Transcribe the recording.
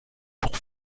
pour